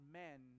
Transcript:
men